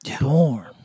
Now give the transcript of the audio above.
Born